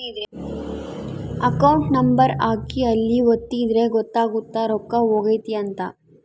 account number ಹಾಕಿ ಅಲ್ಲಿ ಒತ್ತಿದ್ರೆ ಗೊತ್ತಾಗುತ್ತ ರೊಕ್ಕ ಹೊಗೈತ ಅಂತ